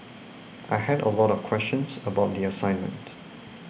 I had a lot of questions about the assignment